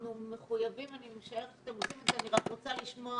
אנחנו מחויבים גם להם ואני רוצה לשמוע